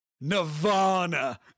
Nirvana